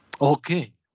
Okay